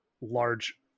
large